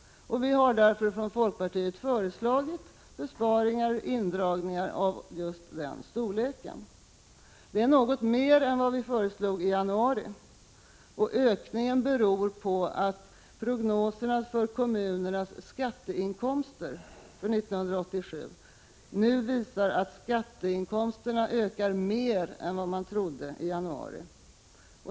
Folkpartiet har därför föreslagit indragningar av just den storleken. Det är något mer än vad vi föreslog i januari. Ökningen beror på att prognoserna för kommunernas skatteinkomster för 1987 nu visar att skatteinkomsterna ökar mer än man trodde i januari.